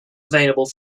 available